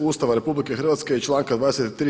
Ustava RH i članka 23.